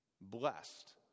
blessed